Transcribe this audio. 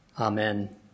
Amen